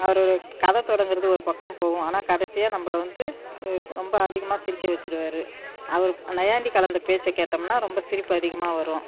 அவருடைய கதை தொடங்கிறது ஒரு பக்கம் போகும் ஆனால் கடைசியாக நம்மள வந்து ரொம்ப அதிகமாக சிரிக்க வச்சுருவாரு அவர் நையாண்டி கலந்த பேச்சை கேட்டம்னால் ரொம்ப சிரிப்பு அதிகமாக வரும்